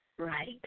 Right